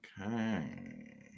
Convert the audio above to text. Okay